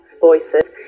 voices